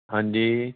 ਹਾਂਜੀ